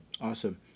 Awesome